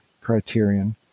criterion